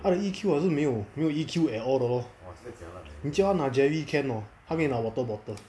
他的 E_Q 好像没有没有 E_Q at all 的 lor 你叫他拿 jerry can hor 他跟你拿 water bottle